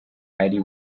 ari